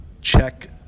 check